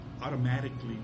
automatically